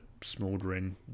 smouldering